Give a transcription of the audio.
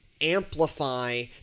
amplify